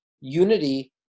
unity